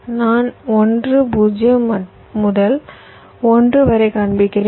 நான் 1 0 முதல் 1 வரை காண்பிக்கிறேன்